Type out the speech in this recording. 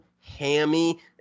hammy